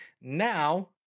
now